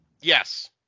Yes